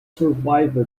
survived